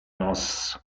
nos